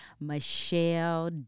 Michelle